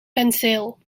penseel